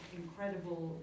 incredible